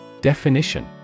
Definition